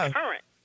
current